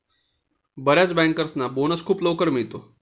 बर्याच बँकर्सना बोनस खूप लवकर मिळतो